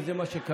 וזה מה שקרה.